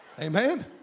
Amen